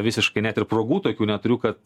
visiškai net ir progų tokių neturiu kad